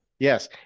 Yes